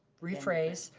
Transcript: rephrase,